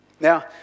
Now